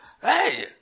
Hey